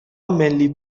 ملی